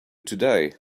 today